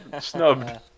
snubbed